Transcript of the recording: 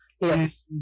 Yes